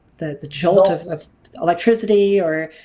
the the jolt of of electricity or